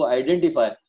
identify